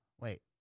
Wait